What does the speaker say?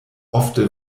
ofte